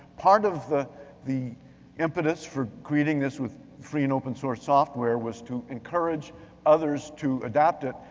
part of the the impetus for creating this with free and open source software was to encourage others to adapt it.